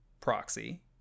proxy